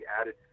added